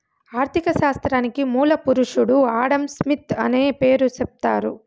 ఆర్ధిక శాస్త్రానికి మూల పురుషుడు ఆడంస్మిత్ అనే పేరు సెప్తారు